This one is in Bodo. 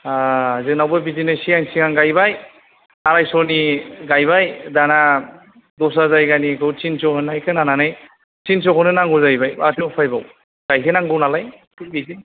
जोंनावबो बिदिनो सिगां सिगां गायबाय आरायसनि गायबाय दाना दस्रा जायगानिखौ थिनस' होन्नाय खोनानानै थिनस'खौनो नांगौ जाहैबाय माथो उफायबाव गायहोनांगौ नालाय बिदिनो